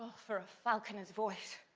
for a falconer's voice,